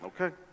Okay